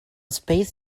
space